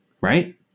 Right